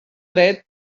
dret